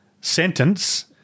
sentence